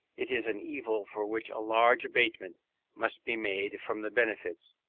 it is an evil for which a large abatement must be made from the benefits,